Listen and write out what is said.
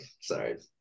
Sorry